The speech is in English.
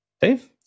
Dave